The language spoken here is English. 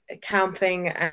camping